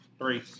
Three